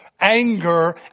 anger